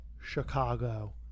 Chicago